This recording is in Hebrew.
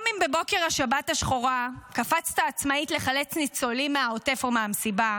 גם אם בבוקר השבת השחורה קפצת עצמאית לחלץ ניצולים מהעוטף או מהמסיבה,